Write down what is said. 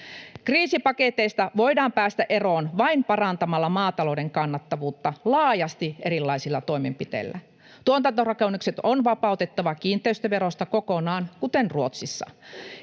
Kriisipaketeista voidaan päästä eroon vain parantamalla maatalouden kannattavuutta laajasti erilaisilla toimenpiteillä. Tuotantorakennukset on vapautettava kiinteistöverosta kokonaan, kuten Ruotsissa.